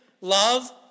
love